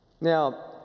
Now